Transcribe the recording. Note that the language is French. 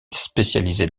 spécialisée